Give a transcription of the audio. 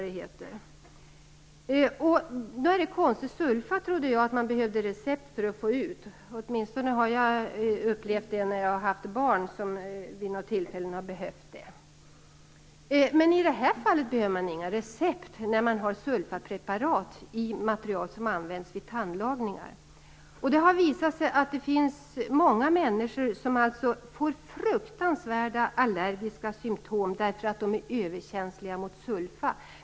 Det är konstigt, därför att jag trodde att man behövde recept för att få ut sulfa. Det är åtminstone vad jag har upplevt när jag har haft barn som vid något tillfälle har behövt det. Men i det här fallet behövs inga recept, trots att sulfapreparat används vid tandlagningar. Det har visat sig att många människor får fruktansvärda allergiska symtom därför att de är överkänsliga mot sulfa.